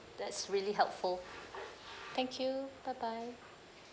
that's really helpful thank you bye bye